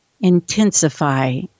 intensify